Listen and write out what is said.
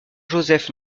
joseph